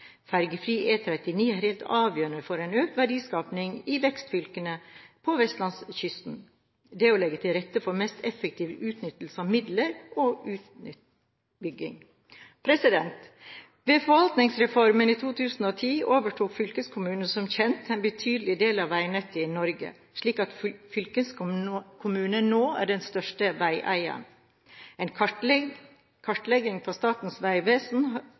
Fergefri E39 er helt avgjørende for økt verdiskaping i vekstfylkene på vestlandskysten. Det må legges til rette for best mulig utnyttelse av midlene og utbyggingen. Ved forvaltningsreformen i 2010 overtok fylkeskommunene som kjent en betydelig del av veinettet i Norge, slik at fylkeskommunen nå er den største veieieren. En kartlegging som Statens vegvesen